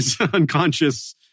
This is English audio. unconscious